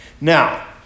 Now